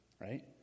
right